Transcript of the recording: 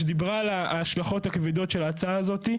שדיברה על ההשלכות הכבדות של ההצעה הזאת.